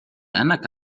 أنك